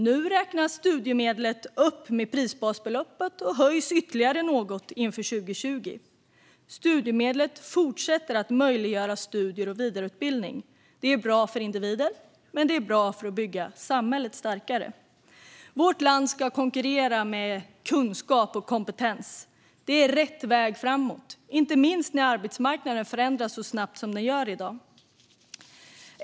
Nu räknas studiemedlet upp med prisbasbeloppet och höjs ytterligare något inför 2020. Studiemedlen fortsätter att möjliggöra studier och vidareutbildning. Det är bra för individer, och det är bra för att bygga samhället starkare. Vårt land ska konkurrera med kunskap och kompetens. Det är rätt väg framåt, inte minst när arbetsmarknaden förändras så snabbt som den gör i dag.